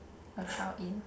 your child in